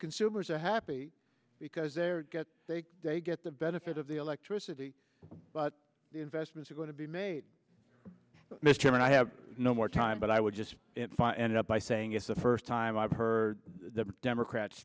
consumers are happy because they're they they get the benefit of the electricity but the investments are going to be made mr chairman i have no more time but i would just end up by saying it's the first time i've heard the democrats